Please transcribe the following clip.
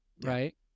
right